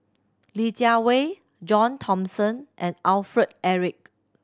Li Jiawei John Thomson and Alfred Eric